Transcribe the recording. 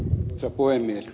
arvoisa puhemies